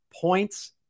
points